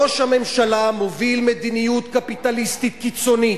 ראש הממשלה מוביל מדיניות קפיטליסטית קיצונית,